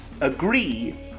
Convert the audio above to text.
agree